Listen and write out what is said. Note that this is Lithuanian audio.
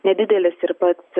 nedidelis ir pats